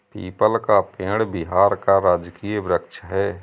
people का पेड़ बिहार का राजकीय वृक्ष है